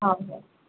ହେଉ ହେଉ